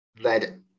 led